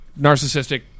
narcissistic